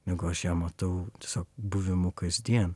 negu aš ją matau tiesiog buvimu kasdien